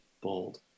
bold